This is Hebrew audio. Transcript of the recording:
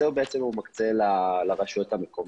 את זה הוא מקצה לרוב לרשויות המקומיות.